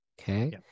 okay